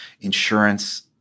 insurance